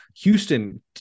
Houston